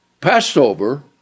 Passover